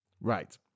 Right